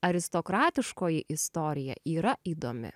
aristokratiškoji istorija yra įdomi